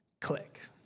Click